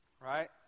Right